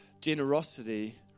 Generosity